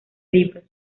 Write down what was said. libros